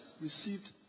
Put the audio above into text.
received